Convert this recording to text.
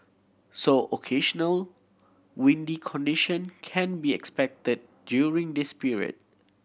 so occasional windy condition can be expected during this period